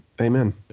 Amen